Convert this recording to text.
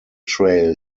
trail